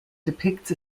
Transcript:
depicts